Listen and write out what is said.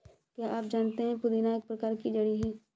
क्या आप जानते है पुदीना एक प्रकार की जड़ी है